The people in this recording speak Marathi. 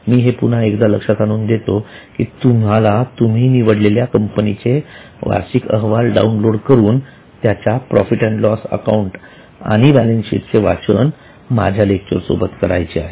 मी हे पुन्हा एकदा लक्षात आणून देत आहे की तुम्हाला तुम्ही निवडलेल्या कंपनीचे वार्षिक अहवाल डाऊनलोड करून त्याच्या प्रॉफिट अँड लॉस अकाउंट आणि बैलेंस शीट चे वाचन माझा लेक्चर सोबत करायचे आहे